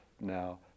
now